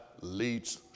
leads